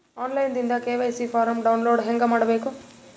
On line ದಿಂದ KYC form download ಹೇಂಗ ಮಾಡಬೇಕು?